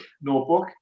notebook